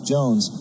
Jones